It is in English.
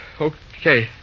Okay